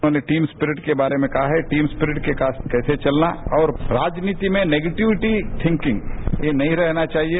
उन्होंने team spirit के बारे में कहा है टीम सपीरिट के साथ कैसे चलना और राजनीति में नेगेटिविटी थिंकिंग यह नहीं रहना चाहिए